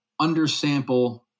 undersample